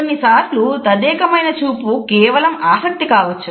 కొన్నిసార్లు తదేకమైన చూపు కేవలం ఆసక్తి కావచ్చు